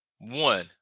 one